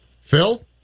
Phil